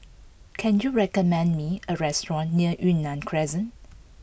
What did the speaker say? can you recommend me a restaurant near Yunnan Crescent